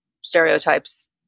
stereotypes